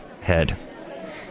head